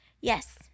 Yes